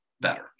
better